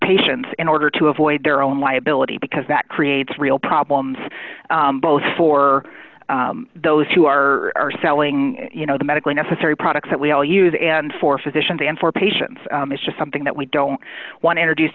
patients in order to avoid their own liability because that creates real problems both for those who are selling you know the medically necessary products that we all use and for physicians and for patients is just something that we don't want introduced